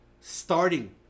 starting